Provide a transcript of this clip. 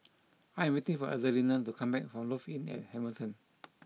I am waiting for Adelina to come back from Lofi Inn at Hamilton